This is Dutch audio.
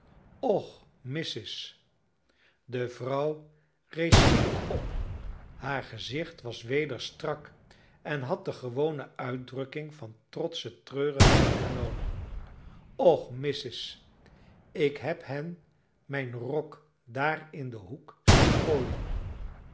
och missis de vrouw rees schielijk op haar gezicht was weder strak en had de gewone uitdrukking van trotsche treurigheid hernomen och missis ik heb hen mijn rok daar in den hoek zien gooien